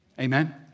Amen